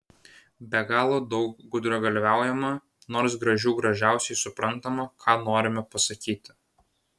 be galo daug gudragalviaujama nors gražių gražiausiai suprantama ką norime pasakyti